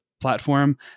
platform